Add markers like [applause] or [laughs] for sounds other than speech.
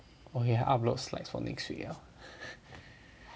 oh ya upload slides for next week 了 [laughs]